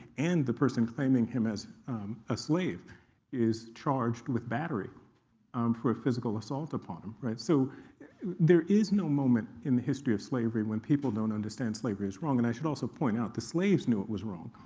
and the person claiming him as a slave is charged with battery um for a physical assault upon him. so there is no moment in the history of slavery when people don't understand slavery is wrong, and i should also point out the slaves knew it was wrong